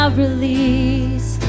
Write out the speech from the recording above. release